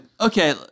Okay